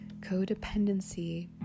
codependency